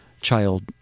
child